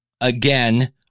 Again